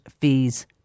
fees